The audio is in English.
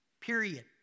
period